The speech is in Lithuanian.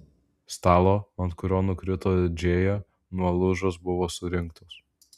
stalo ant kurio nukrito džėja nuolaužos buvo surinktos